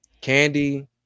Candy